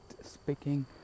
speaking